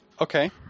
Okay